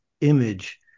image